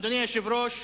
אדוני היושב-ראש,